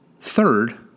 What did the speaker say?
Third